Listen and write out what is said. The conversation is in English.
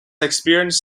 experienced